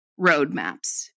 roadmaps